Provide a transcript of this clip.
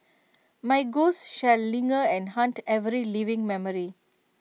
my ghost shall linger and haunt every living memory